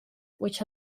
which